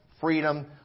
freedom